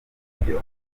iburyo